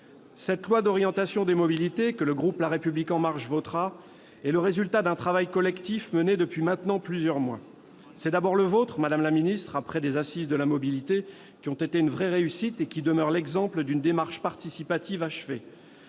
de loi d'orientation des mobilités, que le groupe La République En Marche votera, est le résultat d'un travail collectif mené depuis maintenant plusieurs mois. Il s'agit d'abord du vôtre, madame la ministre, après des Assises de la mobilité qui ont été une vraie réussite et demeurent l'exemple d'une démarche participative achevée.